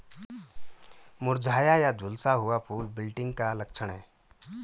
मुरझाया या झुलसा हुआ फूल विल्टिंग का लक्षण है